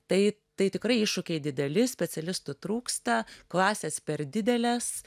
tai tai tikrai iššūkiai dideli specialistų trūksta klasės per didelės